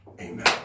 amen